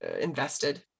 invested